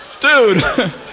Dude